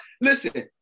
listen